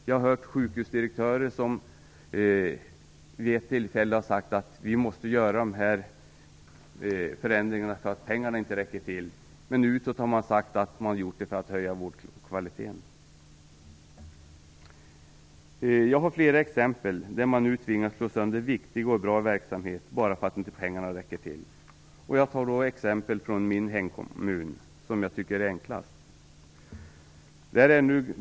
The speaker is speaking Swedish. Jag har hört sjukhusdirektörer som sagt att man måste genomföra dessa förändringar därför att pengarna inte räcker till. Utåt har man sagt att syftet har varit att höja vårdkvaliteten. Jag har flera exempel på hur man nu tvingas slå sönder viktig och bra verksamhet bara för att pengarna inte räcker till. Exemplen är från min hemkommun.